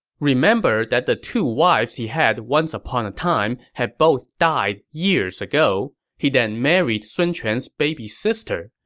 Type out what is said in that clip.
remember that the two wives he had once upon a time had both died years ago. he then married sun quan's baby sister,